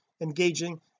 engaging